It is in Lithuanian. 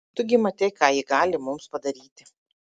tu gi matei ką ji gali mums padaryti